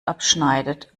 abschneidet